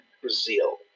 Brazil